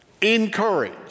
encourage